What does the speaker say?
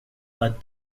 but